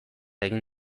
egin